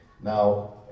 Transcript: Now